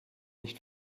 nicht